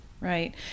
right